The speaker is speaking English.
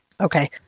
Okay